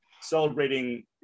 celebrating